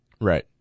Right